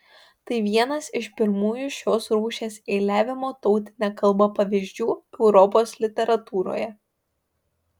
tai vienas iš pirmųjų šios rūšies eiliavimo tautine kalba pavyzdžių europos literatūroje